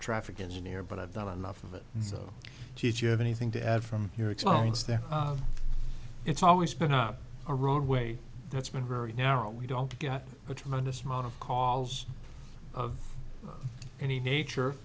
traffic engineer but i've done enough of it so she's you have anything to add from your experience that it's always been up a roadway that's been very narrow we don't get a tremendous amount of calls of any nature